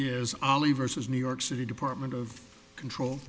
is ali versus new york city department of control